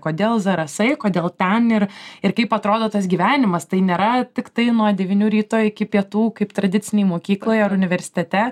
kodėl zarasai kodėl ten ir ir kaip atrodo tas gyvenimas tai nėra tiktai nuo devynių ryto iki pietų kaip tradicinėj mokykloj ar universitete